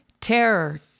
Terror